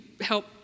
help